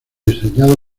diseñado